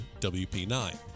WP9